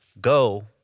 Go